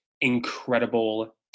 incredible